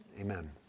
Amen